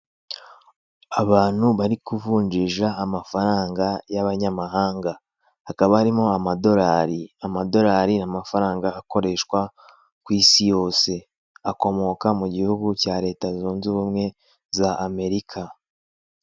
Abantu bari kuvunjisha amafaranga y'abanyamahanga hakaba harimo amadorari, amadorari ni amafaranga akoreshwa ku isi yose akomoka mu gihugu cya Leta zunze ubumwe za amerika.